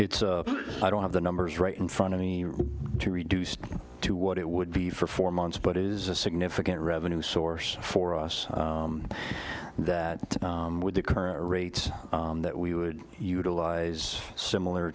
it i don't have the numbers right in front of me to reduce to what it would be for four months but it is a significant revenue source for us that with the current rates that we would utilize similar